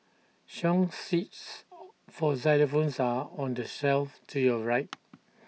song sheets for xylophones are on the shelf to your right